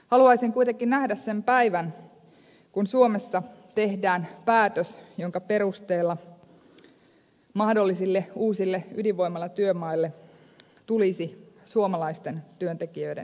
haluaisin kuitenkin nähdä sen päivän kun suomessa tehdään päätös jonka perusteella mahdollisille uusille ydinvoimalatyömaille tulisi suomalaisten työntekijöiden enemmistö